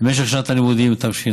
לכל משך שנת הלימודים התשע"ח.